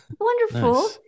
Wonderful